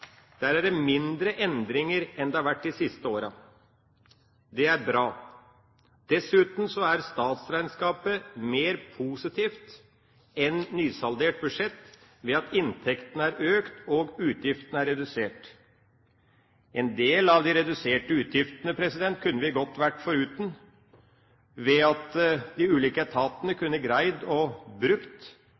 enn det har vært de siste årene. Det er bra. Dessuten er statsregnskapet mer positivt enn nysaldert budsjett ved at inntektene er økt og utgiftene redusert. En del av de reduserte utgiftene kunne vi godt ha vært foruten ved at de ulike etatene kunne ha greid